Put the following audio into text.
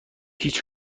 هیچ